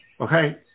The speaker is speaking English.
Okay